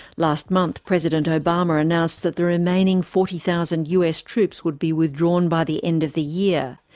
last month, president obama announced that the remaining forty thousand us troops would be withdrawn by the end of the year.